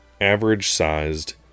average-sized